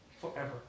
forever